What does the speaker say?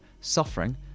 suffering